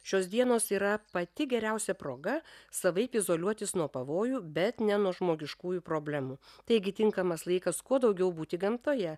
šios dienos yra pati geriausia proga savaip izoliuotis nuo pavojų bet ne nuo žmogiškųjų problemų taigi tinkamas laikas kuo daugiau būti gamtoje